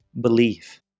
belief